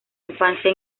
infancia